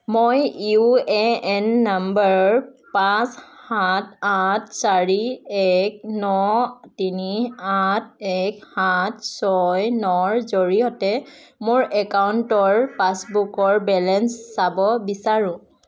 মই U A N নম্বৰ পাঁচ সাত আঠ চাৰি এক ন তিনি আঠ এক সাত ছয় ন ৰ জৰিয়তে মোৰ একাউণ্টৰ পাছবুকৰ বেলেঞ্চ চাব বিচাৰোঁ